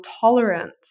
tolerance